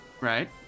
Right